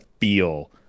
feel